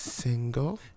single